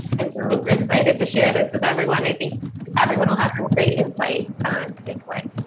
i'm super excited to share this with everyone. i think everyone will have some great insight to take away.